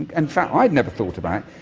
and fact i'd never thought about it,